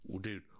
dude